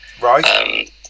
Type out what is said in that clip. Right